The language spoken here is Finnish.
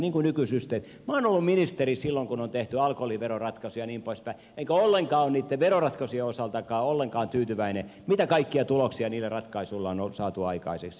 minä olen ollut ministeri silloin kun on tehty alkoholiveroratkaisuja ja niin pois päin enkä ole niitten veroratkaisujen osaltakaan ollenkaan tyytyväinen siihen mitä kaikkia tuloksia niillä ratkaisuilla on saatu aikaiseksi